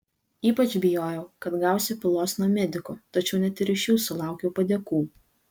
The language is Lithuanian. ypač bijojau kad gausiu pylos nuo medikų tačiau net ir iš jų sulaukiau padėkų